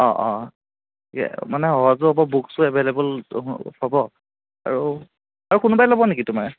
মানে সহজো হ'ব বুকছো এভেইলেবল হ'ব আৰু আৰু কোনোবাই ল'ব নেকি তোমাৰ